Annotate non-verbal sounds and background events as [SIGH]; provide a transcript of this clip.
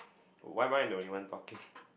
why am I the only one talking [LAUGHS]